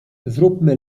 zróbmy